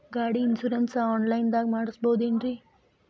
ಗಾಡಿ insurance online ದಾಗ ಮಾಡಸ್ಬಹುದೆನ್ರಿ?